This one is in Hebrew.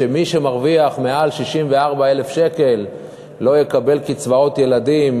שמי שמרוויח יותר מ-64,000 שקל לא יקבל קצבת ילדים,